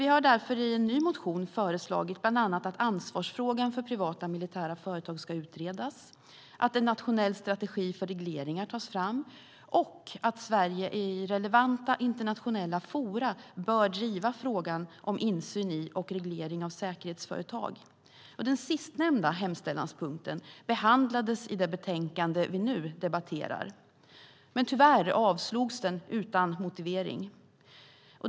Vi har därför i en ny motion föreslagit bland annat att ansvarsfrågan för privata militära företag ska utredas, att en nationell strategi för regleringar tas fram och att Sverige i relevanta internationella forum bör driva frågan om insyn i och reglering av säkerhetsföretag. Den sistnämnda hemställanspunkten behandlades i det betänkande som vi nu debatterar, men tyvärr avslogs den utan motivering.